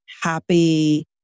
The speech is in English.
happy